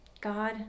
God